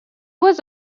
was